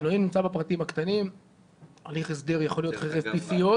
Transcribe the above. הליך הסדר יכול להיות חרב פיפיות.